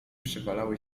przewalały